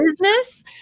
business